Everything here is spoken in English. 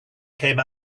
came